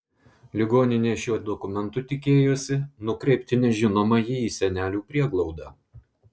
ligoninė šiuo dokumentu tikėjosi nukreipti nežinomąjį į senelių prieglaudą